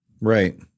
Right